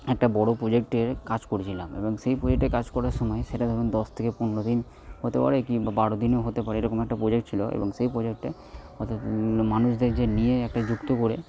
একটা বড় প্রজেক্টের কাজ করেছিলাম এবং সেই প্রজেক্টে কাজ করার সময় সেটা ধরুন দশ থেকে পনেরো দিনে হতে পারে কি বারো দিনও হতে পারে এইরকম এরকম একটা প্রজেক্ট ছিল এবং সেই প্রজেক্টে অর্থাৎ মানুষদের যে নিয়ে একটা যুক্ত করে